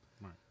Right